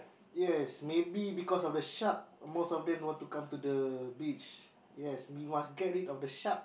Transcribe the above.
yes maybe because of the sharks most of them want to come to the beach yes you must get rid of the shark